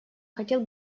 хотел